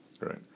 right